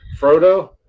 Frodo